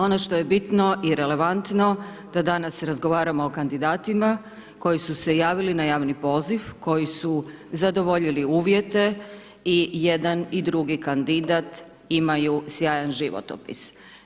Ono što je bitno i relevantno da danas razgovaramo o kandidatima koji su se javili na javni poziv, koji su zadovoljili uvjete, i jedan i drugi kandidat imaju sjajan životopis.